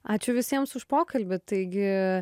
ačiū visiems už pokalbį taigi